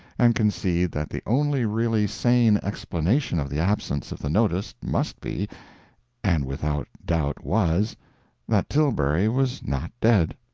and concede that the only really sane explanation of the absence of the notice must be and without doubt was that tilbury was not dead.